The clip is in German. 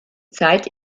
zeit